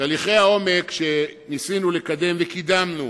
תהליכי העומק שניסינו לקדם וקידמנו